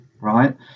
right